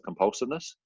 compulsiveness